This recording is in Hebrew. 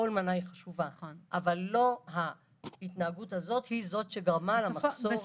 כל מנה היא חשובה אבל לא ההתנהגות הזאת היא זאת שגרמה למחסור.